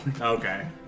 Okay